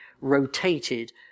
rotated